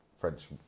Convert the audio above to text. French